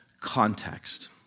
context